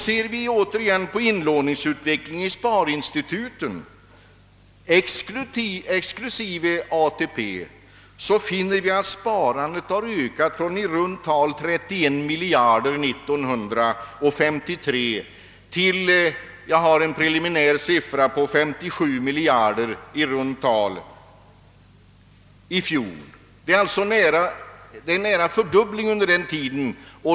Ser vi på inlåningsutvecklingen i sparinstituten exklusive ATP, finner vi att sparandet ökat från i runt tal 31 miljarder 1953 till — jag har en preliminär siffra för fjolåret — i runt tal 57 miljarder, om man räknar i ett fast penningvärde. Det har alltså blivit nästan en fördubbling under denna tid.